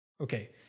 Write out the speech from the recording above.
Okay